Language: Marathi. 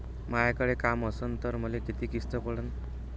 मायाकडे काम असन तर मले किती किस्त पडन?